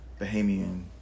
Bahamian